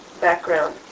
background